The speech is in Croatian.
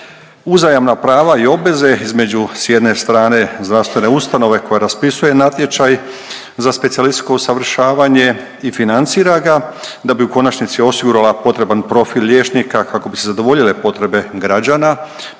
Uzajamna prava i obveze između s jedne strane zdravstvene ustanove koje raspisuje natječaj za specijalističko usavršavanje i financira ga da bi u konačnici osigurala potreban profil liječnika kako bi zadovoljile potrebe građana,